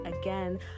again